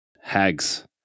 Hags